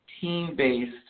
team-based